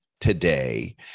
today